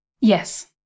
Yes